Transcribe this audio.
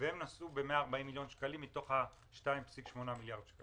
והן נשאו ב-140 מיליון שקלים מתוך ה-2.8 מיליארד שקלים.